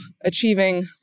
achieving